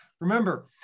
Remember